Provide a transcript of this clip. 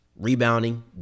rebounding